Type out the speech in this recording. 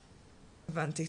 הבנתי.